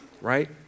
Right